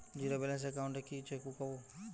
Zero balance account এ কি chequebook পাব?